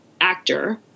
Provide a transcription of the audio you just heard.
actor